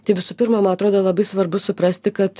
tai visų pirma man atrodo labai svarbu suprasti kad